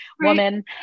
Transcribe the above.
woman